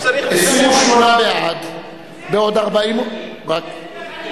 הצעת סיעות רע"ם-תע"ל חד"ש בל"ד להביע אי-אמון בממשלה לא נתקבלה.